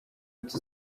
ati